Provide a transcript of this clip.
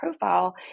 profile